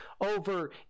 over